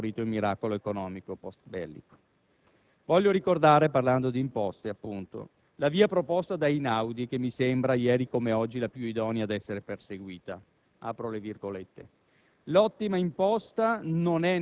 le quali ultime fortunatamente hanno favorito il miracolo economico postbellico. Voglio ricordare - parlando di imposte, appunto - la via proposta da Einaudi che mi sembra, ieri come oggi, la più idonea ad essere perseguita: «L'ottima imposta